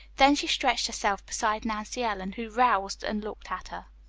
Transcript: then she stretched herself beside nancy ellen, who roused and looked at her.